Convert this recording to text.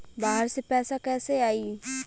बाहर से पैसा कैसे आई?